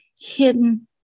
hidden